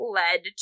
led